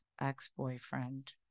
ex-boyfriend